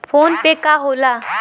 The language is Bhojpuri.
फोनपे का होला?